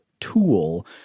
tool